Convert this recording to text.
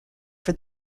for